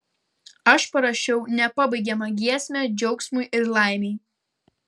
aš parašiau nepabaigiamą giesmę džiaugsmui ir laimei